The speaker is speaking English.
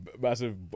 massive